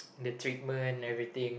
the treatment everything